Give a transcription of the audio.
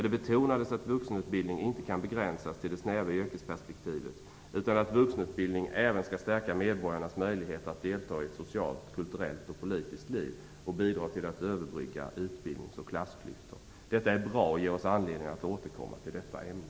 Det betonades att vuxenutbildningen inte kan begränsas till det snäva yrkesperspektivet utan att vuxenutbildning även skall stärka medborgarnas möjlighet att delta i ett social, kulturellt och politiskt liv och bidra till att överbrygga utbildnings och klassklyftor. Detta är bra och ger oss anledning att återkomma till detta ämne.